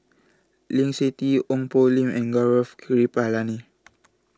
Lee Seng Tee Ong Poh Lim and Gaurav Kripalani